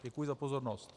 Děkuji za pozornost.